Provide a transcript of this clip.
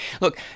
Look